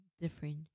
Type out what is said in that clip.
different